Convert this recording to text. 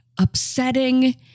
upsetting